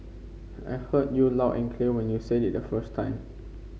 I heard you loud and clear when you said it the first time